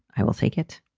i will take it.